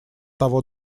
того